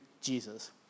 Jesus